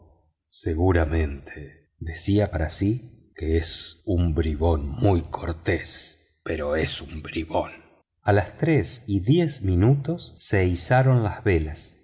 seguramente decía para sí que es un bribón muy cortés pero es un bribón a las tres y diez minutos se izaron las velas